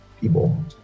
people